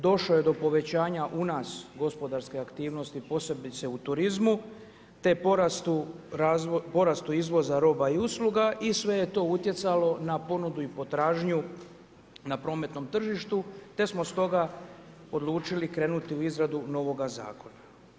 Došlo je do povećanja u nas gospodarske aktivnosti posebice u turizmu, te porastu izvoza roba i usluga i sve je to utjecalo na ponudu i potražnju na prometnom tržištu, te smo stoga odlučili krenuti u izradu novoga zakona.